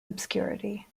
obscurity